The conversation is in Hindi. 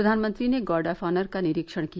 प्रधानमंत्री ने गार्ड ऑफ ऑनर का निरीक्षण किया